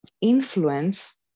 influence